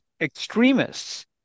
extremists